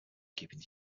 keeping